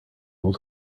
able